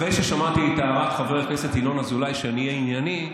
אחרי ששמעתי את הערת חבר הכנסת ינון אזולאי שאני אהיה ענייני,